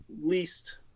least